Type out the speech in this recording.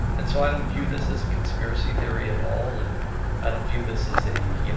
and so i don't view this as a conspiracy theory at all, and i don't view this as a, you know